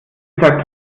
gesagt